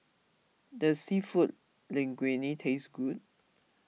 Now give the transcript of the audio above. does Seafood Linguine taste good